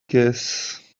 guess